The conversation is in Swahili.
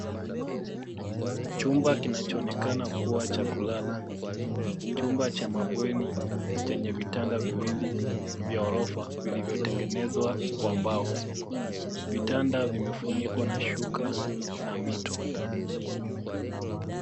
Chumba kinachoonekana kuwa cha kulala. Chumba cha mabweni chenye vitanda viwili vya ghorofa vilivyotegenezwa kwa mbao .Vitanda vimefunikwa na shuka na mito.